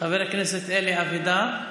חבר הכנסת אלי אבידר,